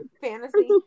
fantasy